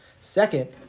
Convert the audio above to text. Second